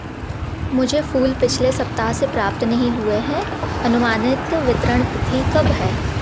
मुझे फूल पिछले सप्ताह से प्राप्त नहीं हुए हैं अनुमानित वितरण तिथि कब है